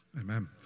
Amen